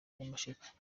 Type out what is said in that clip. nyamasheke